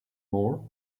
more